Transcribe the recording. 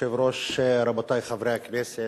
כבוד היושב-ראש, רבותי חברי הכנסת,